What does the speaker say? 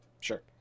Sure